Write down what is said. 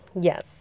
Yes